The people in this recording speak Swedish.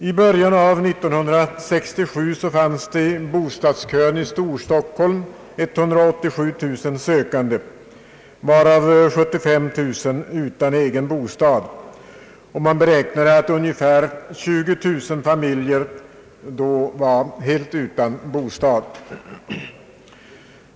I början av 1967 fanns i bostadskön i Storstockholm 187 000 sökande, varav 75 000 utan egen bostad och man beräknade att ungefär 20 000 familjer då var helt utan bostad.